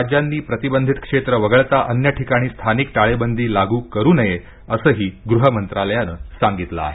राज्यांनी प्रतिबंधित क्षेत्र वगळता अन्य ठिकाणी स्थानिक टाळेबंदी लागू करू नये असंही गृह मंत्रालयानं सांगितलं आहे